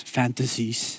fantasies